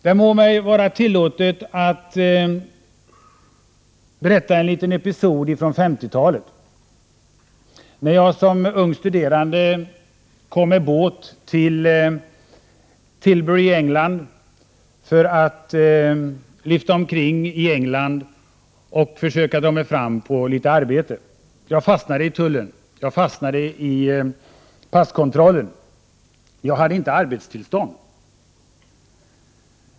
Det må vara mig tillåtet att berätta en liten episod från 50-talet, när jag som ungstuderande kom med båten till Tilbury i England för att lifta omkring och dra mig fram på litet arbete. Jag fastnade i passkontrollen, för jag hade inget arbetstillstånd.